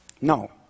No